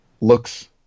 Looks